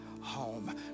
home